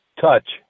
Touch